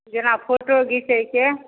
जेना फोटो घिचैके